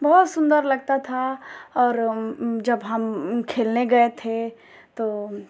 बहुत सुंदर लगता था और जब हम खेलने गए थे तो